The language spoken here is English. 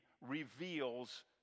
reveals